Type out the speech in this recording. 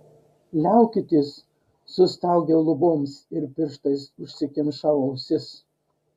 liaukitės sustaugiau luboms ir pirštais užsikimšau ausis